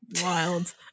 Wild